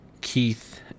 Keith